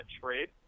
trade